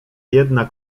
jedna